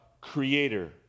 creator